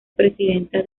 presidenta